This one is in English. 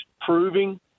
proving